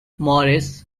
morris